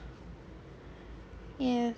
yes